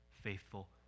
faithful